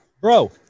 Bro